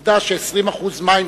כבוד השר, העובדה ש חסכנו 20% מים,